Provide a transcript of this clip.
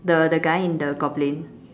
the the guy in the goblin